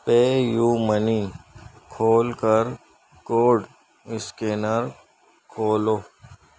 پے U Money کھول کر code scanner کھولو